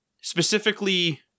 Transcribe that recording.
specifically